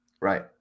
Right